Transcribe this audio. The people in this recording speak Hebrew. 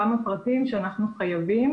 מדובר בפרטים שאנחנו חייבים